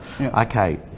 Okay